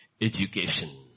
education